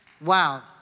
Wow